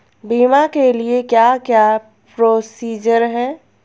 बीमा के लिए क्या क्या प्रोसीजर है?